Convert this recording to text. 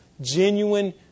genuine